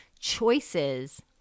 choices